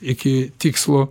iki tikslo